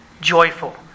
joyful